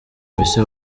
mbese